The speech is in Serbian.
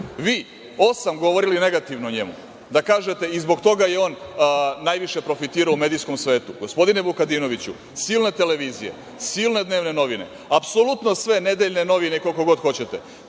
vi osam govorili negativno o njemu, da kažete - i zbog toga je on najviše profitirao u medijskom svetu. Gospodine Vukadivnoviću, silne televizije, silne dnevne novine, apsolutno sve nedeljne novine, koliko god hoćete,